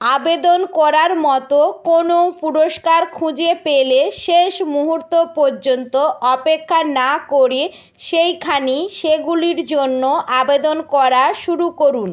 আবেদন করার মতো কোনো পুরস্কার খুঁজে পেলে শেষ মুহূর্ত পর্যন্ত অপেক্ষা না করে সেইখানেই সেগুলির জন্য আবেদন করা শুরু করুন